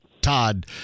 Todd